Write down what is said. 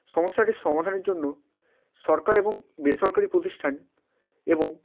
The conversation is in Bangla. সমস্যাটির সমাধানের জন্য সরকার এবং বেসরকারি প্রতিষ্ঠান এবং